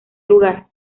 lugar